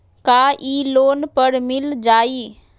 का इ लोन पर मिल जाइ?